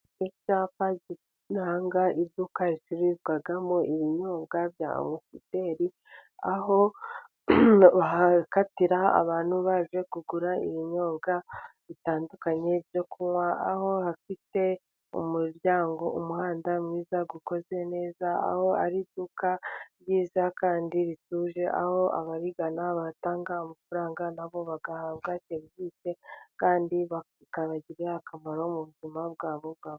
Icyapa kiranga iduka ricururizwamo ibinyobwa bya Amusiteri, aho hakatira abantu baje kugura ibinyobwa bitandukanye byo kunywa, aho hafite umuryango, umuhanda mwiza ukoze neza, aho ari iduka ryiza kandi rituje, aho ababigana batanga amafaranga na bo bagahabwa serivise kandi anabagirira akamaro mu buzima bwabo baba.